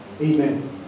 Amen